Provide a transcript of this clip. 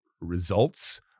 results